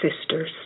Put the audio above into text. sisters